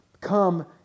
Come